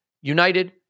United